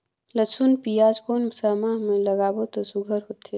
लसुन पियाज कोन सा माह म लागाबो त सुघ्घर होथे?